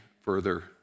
further